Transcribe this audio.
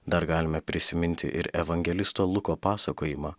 dar galime prisiminti ir evangelisto luko pasakojimą